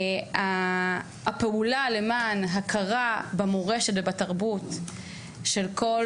הפעולה למען הכרה במורשת ובתרבות של כל